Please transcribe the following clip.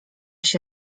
się